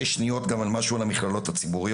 אומר מדוע, כי זה נושא מורכב.